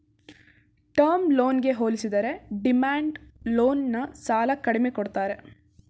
term ಲೋನ್ಗೆ ಹೋಲಿಸಿದರೆ demand loan ನ ಸಾಲ ಕಡಿಮೆ ಕೊಡ್ತಾರೆ